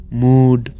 mood